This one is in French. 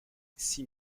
six